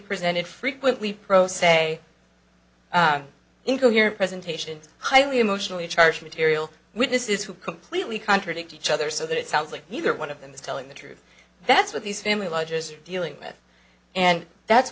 presented frequently pro se incoherent presentations highly emotionally charged material witnesses who completely contradict each other so that it sounds like neither one of them is telling the truth that's what these family lodges are dealing with and that's